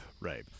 right